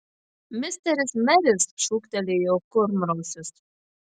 misteris meris šūktelėjo kurmrausis